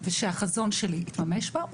ושהחזון שלי יתממש בה,